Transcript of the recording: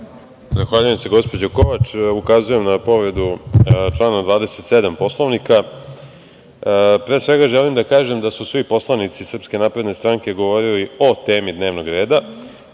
Zahvaljujem se gospođo Kovač. Ukazujem na povredu člana 27. Poslovnika. Pre svega želim da kažem da su svi poslanici SNS govorili o temi dnevnog reda,